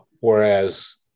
Whereas